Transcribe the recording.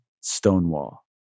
Stonewall